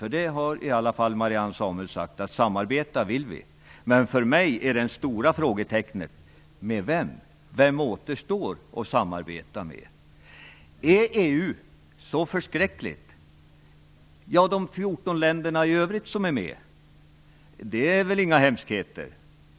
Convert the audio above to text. Marianne Samuelsson har sagt att man vill samarbeta, men för mig är den stora frågan: Med vem? Med vem återstår det att samarbeta? Är EU så förskräckligt? De övriga 14 länder som är medlemmar representerar väl inga hemskheter.